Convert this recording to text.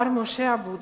מר משה אבוטבול,